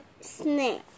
snake